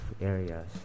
areas